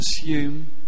assume